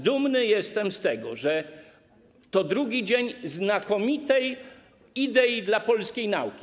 Dumny jestem z tego, że to drugi dzień znakomitej idei dla polskiej nauki.